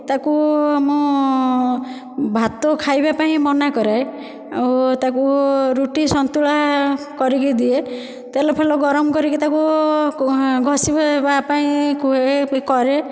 ତାକୁ ମୁଁ ଭାତ ଖାଇବା ପାଇଁ ମନାକରେ ଆଉ ତାକୁ ରୁଟି ସନ୍ତୁଳା କରିକି ଦିଏ ତେଲଫେଲ ଗରମ କରିକି ତାକୁ ଘଷିବା ହେବା ପାଇଁ କୁହେ ବି କରେ